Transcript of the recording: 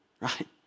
Right